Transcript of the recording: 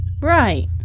Right